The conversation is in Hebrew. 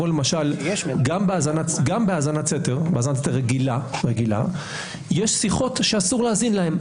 גם בהאזנת סתר רגילה יש שיחות שאסור להאזין להן.